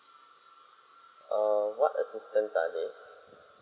err what assistance are there